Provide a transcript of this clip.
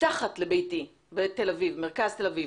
מתחת לביתי בתל אביב, מרכז תל אביב.